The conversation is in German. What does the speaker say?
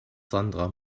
sandra